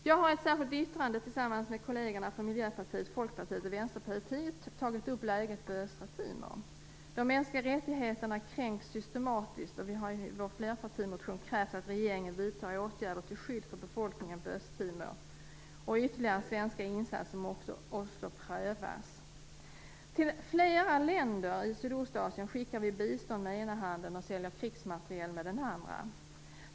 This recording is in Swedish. Jag har i ett särskilt yttrande tillsammans med kollegerna från Miljöpartiet, Folkpartiet och Vänsterpartiet tagit upp läget på Östtimor. De mänskliga rättigheterna kränks systematiskt, och vi har i vår flerpartimotion krävt att regeringen vidtar åtgärder till skydd för befolkningen på Östtimor. Ytterligare svenska insatser måste också prövas. Till flera länder i Sydostasien skickar vi bistånd med ena handen och säljer krigsmateriel med den andra.